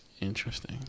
Interesting